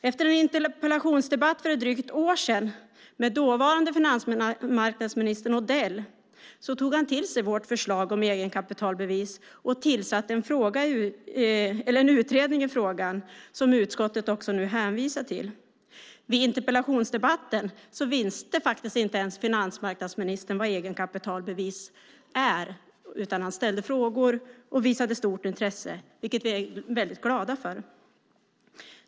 Efter en interpellationsdebatt för drygt ett år sen med dåvarande finansmarknadsministern Odell tog han till sig vårt förslag om egenkapitalbevis och tillsatte en utredning i frågan som utskottet nu hänvisar till. Vid interpellationsdebatten visste inte ens finansmarknadsministern vad egenkapitalbevis var för något. Han ställde frågor och visade stort intresse, vilket vi är glada för.